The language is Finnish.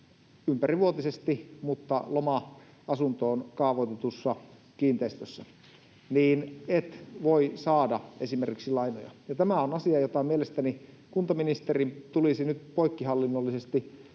ympärivuotisesti mutta loma-asuntoon kaavoitetussa kiinteistössä — niin ei voi esimerkiksi saada lainoja. Tämä on asia, jota mielestäni kuntaministerin tulisi nyt poikkihallinnollisesti